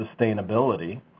sustainability